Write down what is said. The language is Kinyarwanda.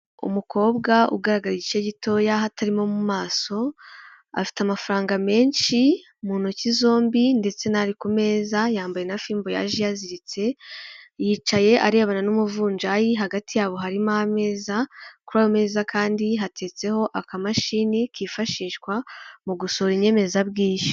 Umukobwa ugaragara igice gitoya hatarimo mu maso, afite amafaranga menshi mu ntoki zombi ndetse n'ari ku meza, yambaye na fimbo yaje iyaziritse; yicaye arebana n'umuvunjayi hagati yabo harimo ameza, kuri ayo meza kandi hateretseho akamashini kifashishwa mu gusohora inyemezabwishyu.